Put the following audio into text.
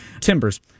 Timbers